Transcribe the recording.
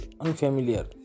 unfamiliar